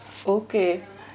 okay